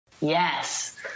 Yes